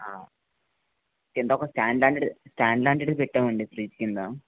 కిందొక ఒక స్టాండ్ లాంటి స్టాండ్ లాంటిది పెట్టామండి ఫ్రీడ్జ్ కింద